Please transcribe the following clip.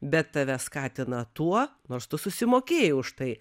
bet tave skatina tuo nors tu susimokėjai už tai